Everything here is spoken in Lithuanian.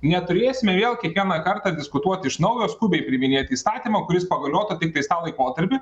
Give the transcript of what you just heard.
neturėsime vėl kiekvieną kartą diskutuot iš naujo skubiai priiminėti įstatymą kuris pagaliotų tiktais laikotarpį